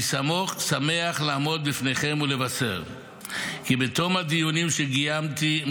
אני שמח לעמוד לפניכם ולבשר כי בתום הדיונים שקיימתי עם